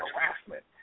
harassment